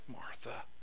Martha